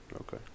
Okay